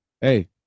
Hey